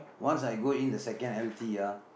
once I go in the second L_T ah